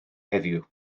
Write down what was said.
heddiw